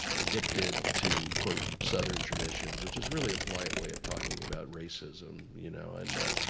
addicted to, quote, southern traditions, which is really a polite way of talking about racism, you know and